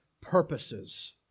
purposes